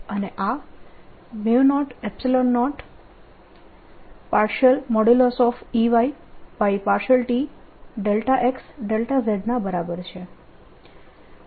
અને આ 00Ey∂tx z ના બરાબર છે